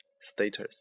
status